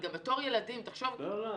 תחשוב, בתור ילדים הם לא יכולים לעשות דבר.